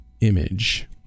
image